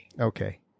Okay